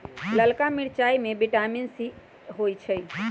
ललका मिरचाई में विटामिन सी होइ छइ